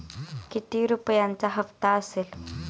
किती रुपयांचा हप्ता असेल?